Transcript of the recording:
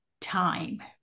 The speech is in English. time